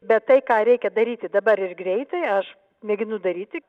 bet tai ką reikia daryti dabar ir greitai aš mėginu daryti